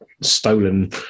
stolen